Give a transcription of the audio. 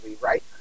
right